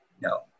no